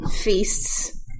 feasts